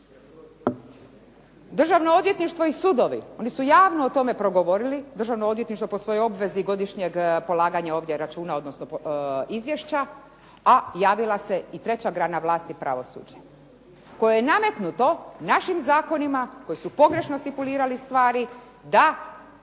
Državno odvjetništvo i sudovi, oni su javno o tome progovorili. Državno odvjetništvo po svojoj obvezi godišnjeg polaganja ovdje računa odnosno izvješća, a radila se i treća grana vlasti, pravosuđe koje je nametnuto našim zakonima koji su pogrešno stipulirali stvari da